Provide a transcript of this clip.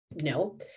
No